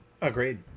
Agreed